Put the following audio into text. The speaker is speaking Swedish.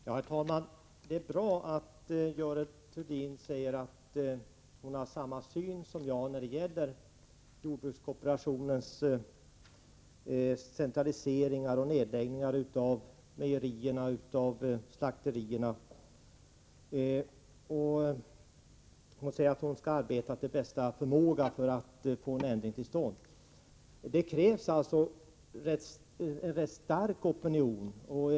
Herr talman! Det är bra att Görel Thurdin säger att hon har samma syn som jag när det gäller jordbrukskooperationens centralisering och nedläggningarna av mejerier och slakterier och att hon skall arbeta efter bästa förmåga för att få en ändring till stånd. Det krävs nämligen en stark opinion för att åstadkomma detta.